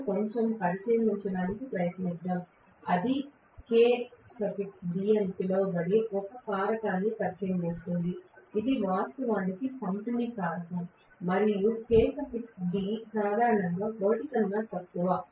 మనం కొంచెం పరిశీలించటానికి ప్రయత్నిద్దాం అది Kd అని పిలువబడే ఒక కారకాన్ని పరిచయం చేస్తుంది ఇది వాస్తవానికి పంపిణీ కారకం మరియు Kd సాధారణంగా 1 కన్నా తక్కువ